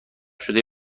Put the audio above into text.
شده